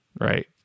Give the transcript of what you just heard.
Right